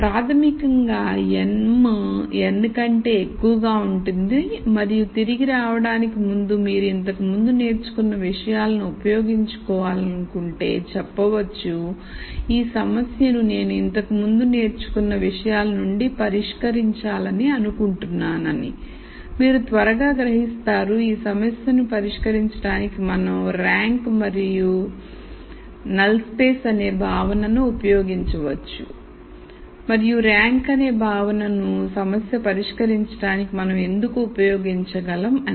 ప్రాథమికంగా m n కంటే ఎక్కువగా ఉంటుంది మరియు తిరిగి రావడానికి ముందు మీరు ఇంతకుముందు నేర్చుకున్న విషయాలను ఉపయోగించాలనుకుంటే చెప్పవచ్చు ఈ సమస్యను నేను ఇంతకుముందు నేర్చుకున్న విషయాల నుండి పరిష్కరించాలని అనుకుంటున్నానని మీరు త్వరగా గ్రహిస్తారు ఈ సమస్యను పరిష్కరించడానికి మనం ర్యాంక్ మరియు శూన్య స్థలం అనే భావనను ఉపయోగించవచ్చు మరియు ర్యాంక్ అనే భావన ను సమస్య పరిష్కరించడానికి మనం ఎందుకు ఉపయోగించగలం అని అని